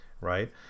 Right